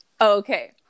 okay